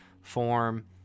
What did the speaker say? form